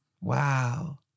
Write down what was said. Wow